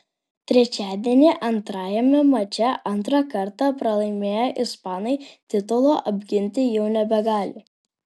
trečiadienį antrajame mače antrą kartą pralaimėję ispanai titulo apginti jau nebegali